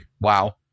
Wow